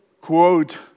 quote